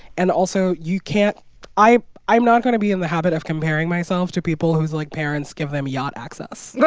and also, you can't i i'm not going to be in the habit of comparing myself to people whose, like, parents give them yacht access. but